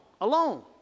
Alone